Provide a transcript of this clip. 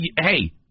hey